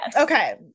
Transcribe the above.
Okay